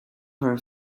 her